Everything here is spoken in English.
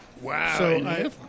Wow